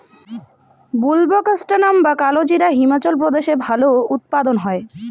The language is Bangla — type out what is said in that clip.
বুলবোকাস্ট্যানাম বা কালোজিরা হিমাচল প্রদেশে ভালো উৎপাদন হয়